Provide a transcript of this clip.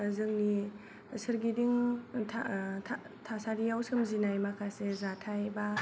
जोंनि सोरगिदिं था था थासारियाव सोमजिनाय माखासे जाथाय बा